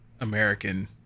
American